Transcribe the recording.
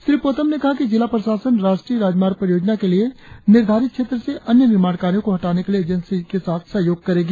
श्री पोतोम ने कहा कि जिला प्रशासन राष्ट्रीय राजमार्ग परियोजना के लिए निर्धारित क्षेत्र से अन्य निर्माण कार्यों को हटाने में एजेंसी के साथ सहयोग करेगी